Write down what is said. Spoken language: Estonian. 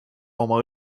oma